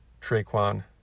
Traquan